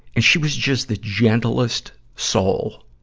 and she was just the gentlest soul,